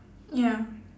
ya